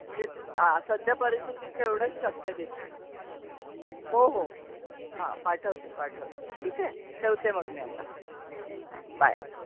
मजे सद्य परिस्थितीत तेवढंच शक्य दिसत आहे हो हो हो हां पाठवते पाठवते ठीक आहे ठेवते मग मी आता हा बाय